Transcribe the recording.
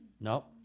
No